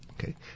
Okay